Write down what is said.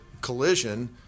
collision